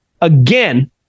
again